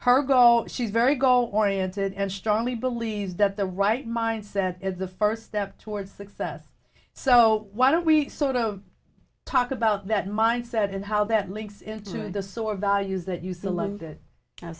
her go she's very goal oriented and strongly believes that the right mindset is the first step towards success so why don't we sort of talk about that mindset and how that leads into the sort of values that used to live